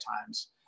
times